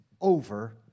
over